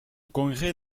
congrès